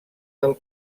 del